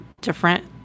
different